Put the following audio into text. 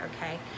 Okay